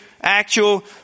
actual